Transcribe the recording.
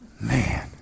man